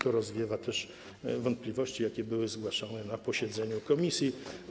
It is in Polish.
To rozwiewa wątpliwości, jakie były zgłaszane na posiedzeniu komisji.